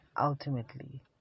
ultimately